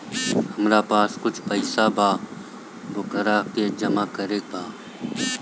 हमरा पास कुछ पईसा बा वोकरा के जमा करे के बा?